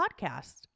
podcast